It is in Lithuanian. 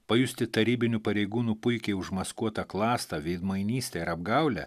pajusti tarybinių pareigūnų puikiai užmaskuotą klastą veidmainystę ir apgaulę